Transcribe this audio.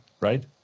right